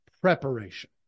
preparation